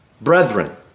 brethren